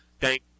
thank